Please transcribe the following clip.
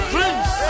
Dreams